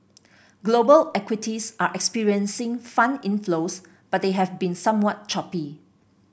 global equities are experiencing fund inflows but they have been somewhat choppy